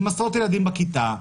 עם עשרות ילדים בכיתה,